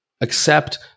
accept